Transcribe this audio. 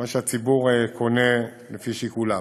מה שהציבור קונה לפי שיקוליו.